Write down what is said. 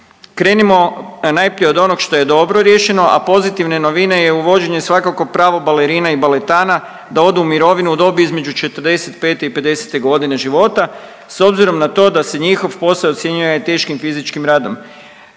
Krenimo najprije od onog što je dobro riješeno, a pozitivne novine je uvođenje svakako pravo balerina i baletana da odu u mirovinu u dobi između 45 i 50 godine života s obzirom da se njihov posao ocjenjuje teškim fizičkim radom.